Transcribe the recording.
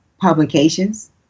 publications